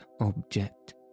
object